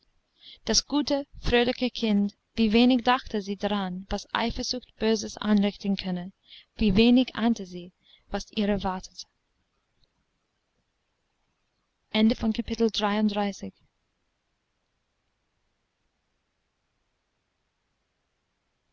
das gute fröhliche kind wie wenig dachte sie daran was eifersucht böses anrichten könne wie wenig ahnte sie was ihrer wartete